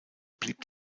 blieb